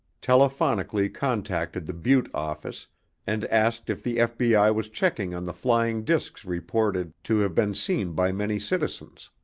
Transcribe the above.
telephonically contacted the butte office and asked if the fbi was checking on the flying discs reported to have been seen by many citizens.